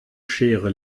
schere